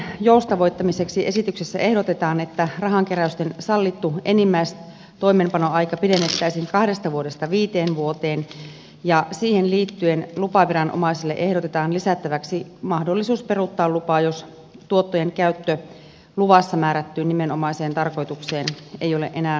rahankeräystoiminnan joustavoittamiseksi esityksessä ehdotetaan että rahankeräysten sallittu enimmäistoimeenpanoaika pidennettäisiin kahdesta vuodesta viiteen vuoteen ja siihen liittyen lupaviranomaiselle ehdotetaan lisättäväksi mahdollisuus peruuttaa lupa jos tuottojen käyttö luvassa määrättyyn nimenomaiseen tarkoitukseen ei ole enää mahdollista